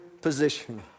position